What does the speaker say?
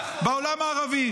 בעולם הערבי.